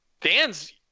Dan's